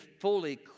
fully